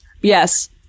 Yes